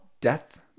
death